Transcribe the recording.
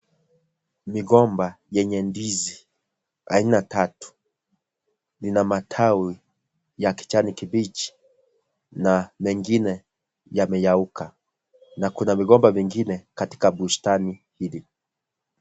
Migomba yenye ndizi aina tatu, ina matawi ya kijani kibichi na mengine yamenyauka na kuna migomba mingine katika bustani hili.